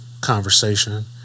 conversation